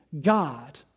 God